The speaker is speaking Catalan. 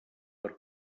per